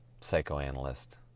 psychoanalyst